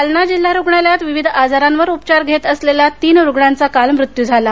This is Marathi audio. जालना जिल्हा रुग्णालयात विविध आजारांवर उपचार घेत असलेल्या तीन रुग्णांचा काल मृत्यू झाला